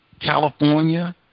California